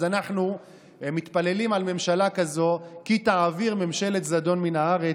אז אנחנו מתפללים על ממשלה כזאת: "כי תעביר ממשלת זדון מן הארץ",